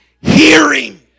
hearing